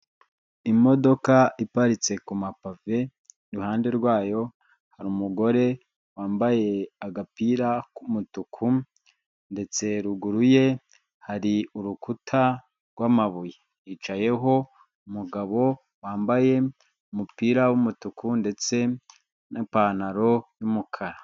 Imodoka iparitse ku mapave, iruhande rwayo hari umugore wambaye agapira k'umutuku ndetse ruguru ye hari urukuta rw'amabuye. Yicayeho umugabo wambaye umupira w'umutuku ndetse n'ipantaro y'umukara.